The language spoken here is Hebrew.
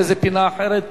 באיזו פינה אחרת.